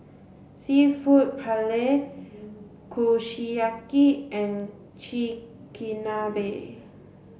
Seafood Paella Kushiyaki and Chigenabe